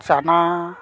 ᱪᱟᱱᱟ